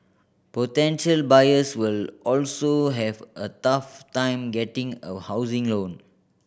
potential buyers will also have a tough time getting a housing loan